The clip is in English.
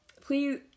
Please